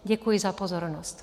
Děkuji za pozornost.